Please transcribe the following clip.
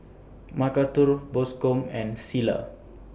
Macarthur Bascom and Cilla